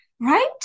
Right